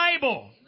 Bible